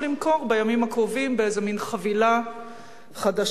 למכור בימים הקרובים באיזה מין חבילה חדשה,